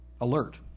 alert